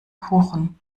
kuchen